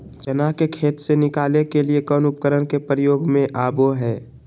चना के खेत से निकाले के लिए कौन उपकरण के प्रयोग में आबो है?